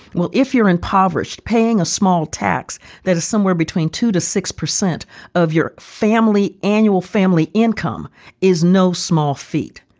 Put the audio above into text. well, if you're impoverished, paying a small tax that is somewhere between two to six percent of your family annual family income is no small feat.